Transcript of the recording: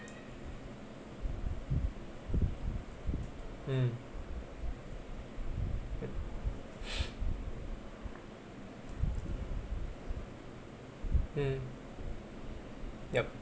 mm mm yup